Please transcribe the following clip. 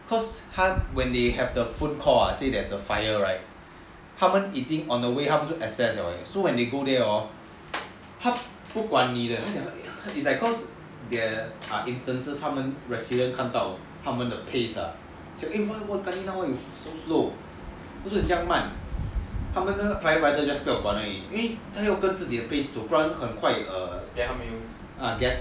cause when they have the full call 他们 on the way 已经 assess liao eh so when they go there hor 他不管你的 is like cause there are instances where residence 看到他们的 pace ah they like kanina why you so slow 为什么你这样慢他们那个 firefighter just 不要管而已因为他要跟自己的 pace 走不然很快 err gas out